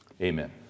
Amen